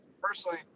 Personally